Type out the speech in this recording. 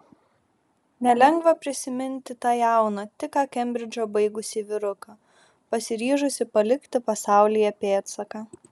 nelengva prisiminti tą jauną tik ką kembridžą baigusį vyruką pasiryžusį palikti pasaulyje pėdsaką